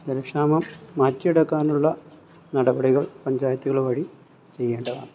ജലക്ഷാമം മാറ്റിയെടുക്കാനുള്ള നടപടികൾ പഞ്ചായത്തുകൾ വഴി ചെയ്യേണ്ടതാണ്